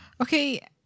Okay